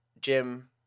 Jim